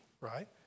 right